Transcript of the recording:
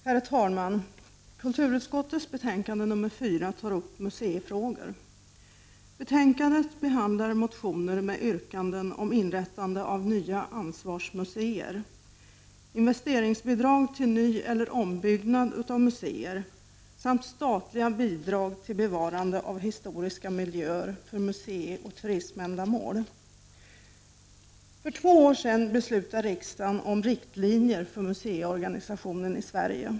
Herr talman! Kulturutskottets betänkande nr 4 tar upp museifrågor. Betänkandet behandlar motioner med yrkanden om inrättande av nya ansvarsmuseer, investeringsbidrag till nyeller ombyggnad av museer samt statliga bidrag till bevarande av historiska miljöer för museioch turiständamål. För två år sedan beslutade riksdagen om riktlinjer för museiorganisationen i Sverige.